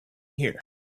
here